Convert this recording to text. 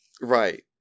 right